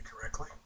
correctly